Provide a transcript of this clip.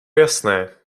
jasné